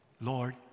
Lord